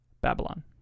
babylon